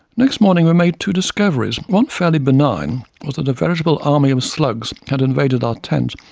next morning we made two discoveries one, fairly benign, was that a veritable army of slugs had invaded our tent,